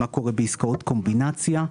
מה קורה בעסקאות קומבינציה,